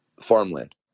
farmland